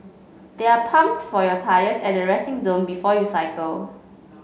there are pumps for your tyres at the resting zone before you cycle